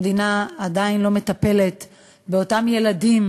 המדינה עדיין לא מטפלת באותם ילדים